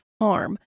harm